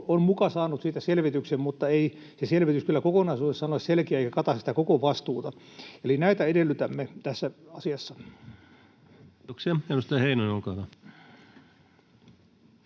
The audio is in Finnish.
on muka saanut siitä selvityksen, mutta ei se selvitys kyllä kokonaisuudessaan ole selkeä ja kata sitä koko vastuuta. Eli näitä edellytämme tässä asiassa. [Speech 7] Speaker: Ensimmäinen varapuhemies